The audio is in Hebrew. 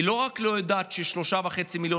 היא לא רק לא יודעת ששלושה וחצי מיליון